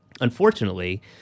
Unfortunately